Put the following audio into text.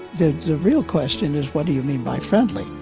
the the real question is what do you mean by friendly?